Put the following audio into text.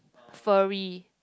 fury